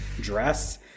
dress